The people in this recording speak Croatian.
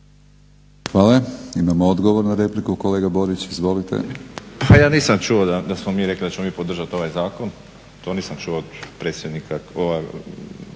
Hvala. Imamo odgovor na repliku kolega Borić. Izvolite. **Borić, Josip (HDZ)** Pa ja nisam čuo da smo mi rekli da ćemo podržati ovaj zakon, to nisam čuo od gospodina